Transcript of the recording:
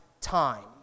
time